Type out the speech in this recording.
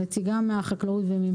הנציגה מהחקלאות ואת,